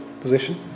position